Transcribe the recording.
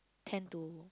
tend to